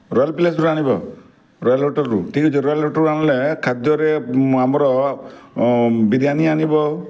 royal ପ୍ଲେସ୍ରୁ ଆଣିବ royal ହୋଟେଲ୍ରୁ ଠିକ୍ ଅଛି ରୟାଲ୍ ହୋଟେଲ୍ରୁ ଆଣିଲେ ଖାଦ୍ୟରେ ଆମର୍ ବିରିୟଣୀ ଆଣିବ